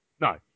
No